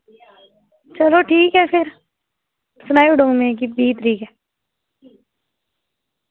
चलो ठीक ऐ फिर सनाई ओड़ङ उ'नेंगी कि बीह् तरीक ऐ